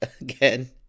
again